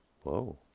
Whoa